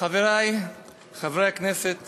חברי חברי הכנסת